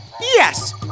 Yes